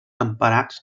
temperats